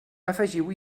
afegiu